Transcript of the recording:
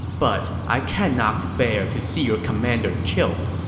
but i cannot bear to see your commander killed.